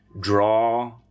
draw